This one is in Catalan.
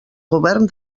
govern